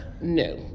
no